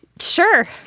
Sure